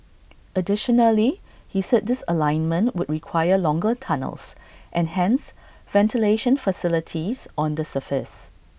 additionally he said this alignment would require longer tunnels and hence ventilation facilities on the surface